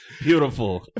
beautiful